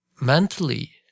mentally